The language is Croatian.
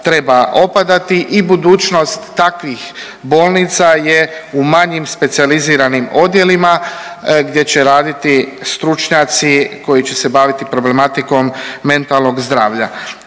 treba opadati i budućnost takvih bolnica je u manjim specijaliziranim odjelima gdje će raditi stručnjaci koji će se baviti problematikom mentalnog zdravlja.